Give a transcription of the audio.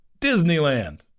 Disneyland